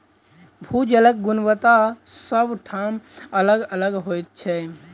भू जलक गुणवत्ता सभ ठाम अलग अलग होइत छै